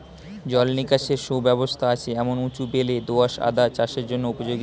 জল নিকাশের সুব্যবস্থা আছে এমন উঁচু বেলে দোআঁশ আদা চাষের জন্য উপযোগী